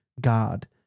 God